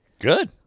Good